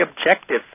objective